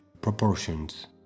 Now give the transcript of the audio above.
proportions